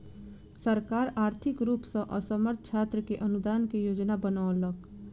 सरकार आर्थिक रूप सॅ असमर्थ छात्र के अनुदान के योजना बनौलक